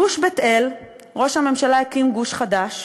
גוש בית-אל, ראש הממשלה הקים גוש חדש,